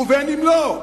ובין אם לא.